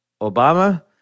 Obama